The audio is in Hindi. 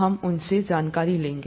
हम उनसे जानकारी लेंगे